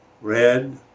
red